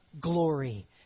Glory